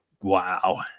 Wow